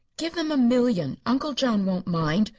give them a million uncle john won't mind,